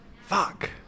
Fuck